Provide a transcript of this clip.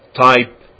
type